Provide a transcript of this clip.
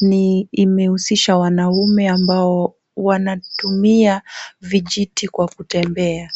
ni, imehusisha wanaume ambao wanatumia vijiti kwa kutembea.